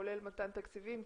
כולל מתן תקציבים,